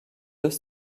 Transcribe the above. deux